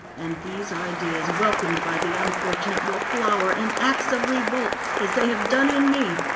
and these ideas, welcomed by the unfortunate, will flower in acts of revolt as they have done in me,